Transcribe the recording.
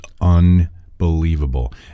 unbelievable